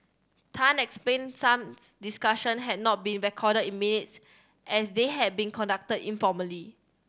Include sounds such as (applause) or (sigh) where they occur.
Tan explained some (unintelligible) discussion had not been recorded in minutes as they had been conducted informally